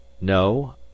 no